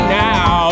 now